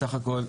בסך הכל,